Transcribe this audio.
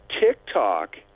TikTok